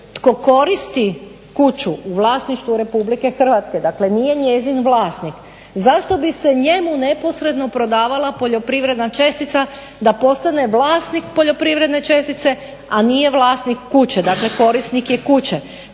tko koristi kuću u vlasništvu RH dakle nije njezin vlasnik, zašto bi se njemu neposredno prodavala poljoprivredna čestica da postane vlasnik poljoprivredne čestice a nije vlasnik kuće. Dakle korisnik je kuće.